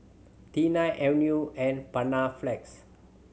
Tena Avene and Panaflex